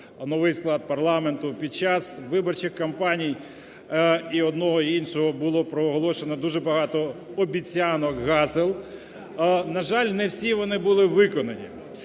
новий склад парламенту. Під час виборчих кампаній і одного, і іншого було проголошено дуже багато обіцянок, гасел, на жаль, не всі вони були виконані.